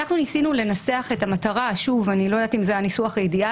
אנחנו ניסינו לנסח את המטרה אני לא יודעת אם זה הניסוח האידיאלי